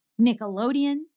Nickelodeon